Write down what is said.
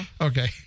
Okay